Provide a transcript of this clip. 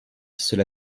cela